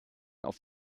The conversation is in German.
auf